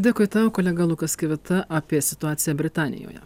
dėkui tau kolega lukas kivita apie situaciją britanijoje